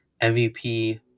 MVP